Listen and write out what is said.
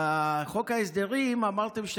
בחוק ההסדרים אמרתם,